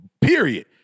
period